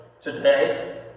today